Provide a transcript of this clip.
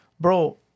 Bro